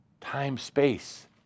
Time-space